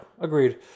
agreed